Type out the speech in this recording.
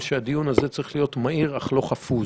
אם בחקירה אפידמיולוגית שמאפשרת מענה סביר כמו חקירת שב"כ.